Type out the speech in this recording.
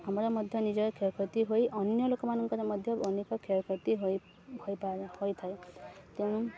ଆମର ମଧ୍ୟ ନିଜ କ୍ଷୟକ୍ଷତି ହୋଇ ଅନ୍ୟ ଲୋକମାନଙ୍କର ମଧ୍ୟ ଅନେକ କ୍ଷୟକ୍ଷତି ହୋଇ ହୋଇଥାଏ ତେଣୁ